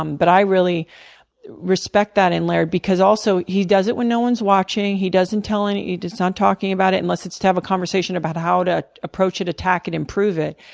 um but i really respect that in laird because also he does it when no one is watching, he doesn't tell any he's not talking about it unless it's to have a conversation about how to approach it, attack it, improve it.